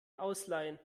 ausleihen